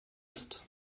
ist